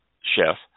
chef